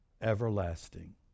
everlasting